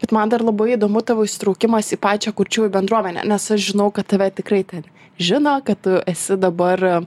bet man dar labai įdomu tavo įsitraukimas į pačią kurčiųjų bendruomenę nes aš žinau kad tave tikrai ten žino kad tu esi dabar